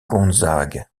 gonzague